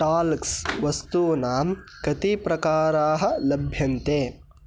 talks वस्तूनां कति प्रकाराः लभ्यन्ते